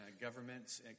governments